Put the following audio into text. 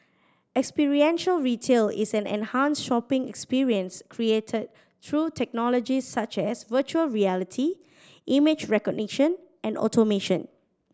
experiential retail is an enhanced shopping experience created through technologies such as virtual reality image recognition and automation